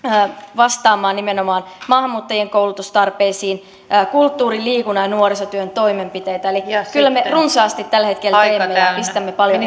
vastaamaan nimenomaan maahanmuuttajien koulutustarpeisiin kulttuurin liikunnan ja nuorisotyön toimenpiteitä eli kyllä me runsaasti tällä hetkellä teemme ja pistämme paljon